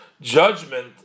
judgment